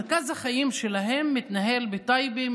מרכז החיים שלהן מתנהל בטייבה,